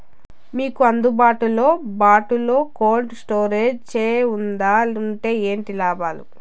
మీకు అందుబాటులో బాటులో కోల్డ్ స్టోరేజ్ జే వుందా వుంటే ఏంటి లాభాలు?